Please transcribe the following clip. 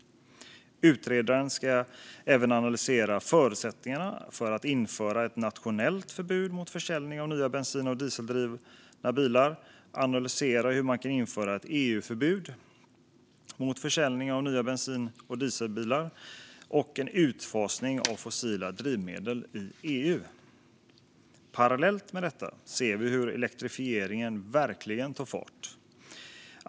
Utredaren ska även analysera förutsättningarna för att införa ett nationellt förbud mot försäljning av nya bensin och dieseldrivna bilar och analysera hur man kan införa ett EU-förbud mot försäljning av nya bensin och dieseldrivna bilar och hur man kan fasa ut fossila drivmedel i EU. Parallellt med detta ser vi hur elektrifieringen verkligen tar fart.